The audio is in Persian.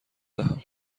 دهم